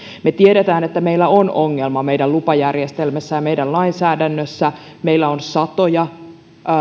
me tiedämme että meillä on ongelma meidän lupajärjestelmässä ja meidän lainsäädännössä meillä on satoja